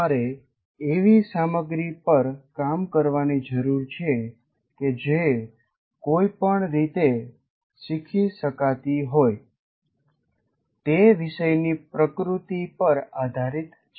તમારે એવી સામગ્રી પર કામ કરવાની જરૂર છે કે જે કોઈપણ રીતે શીખી શકાતી હોઈ તે વિષયની પ્રકૃતિ પર આધારિત છે